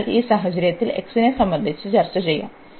അതിനാൽ ഈ സാഹചര്യത്തിൽ x നെ സംബന്ധിച്ച് ചർച്ച ചെയ്യും